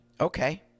okay